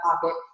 pocket